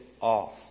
off